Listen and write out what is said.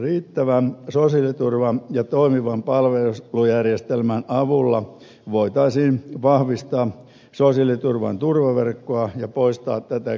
riittävän sosiaaliturvan ja toimivan palvelujärjestelmän avulla voitaisiin vahvistaa sosiaaliturvan turvaverkkoa ja poistaa tätä köyhyyttä